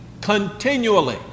continually